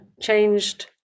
changed